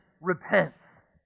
repents